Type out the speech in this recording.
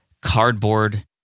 cardboard